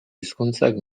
hizkuntzak